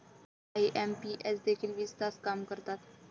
IMPS देखील वीस तास काम करतात?